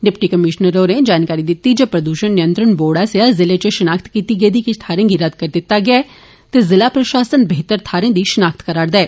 deputy commissioner होरें जानकारी दिती ज प्रदूषण नियंत्रण बोर्ड आस्सेआ जिले च शिनाख्त कीती गेदी थाहरें गी रद्द करी दिती गेआ ऐ ते जिला प्रशासन बेहतर थाहरें दी शिनाख्त करा'रदा ऐ